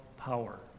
power